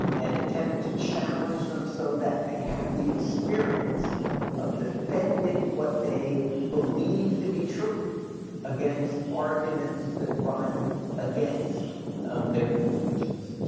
um and attempt to challenge them so that they have the experience of defending what they believe to be true against arguments that run against their conclusions.